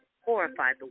horrified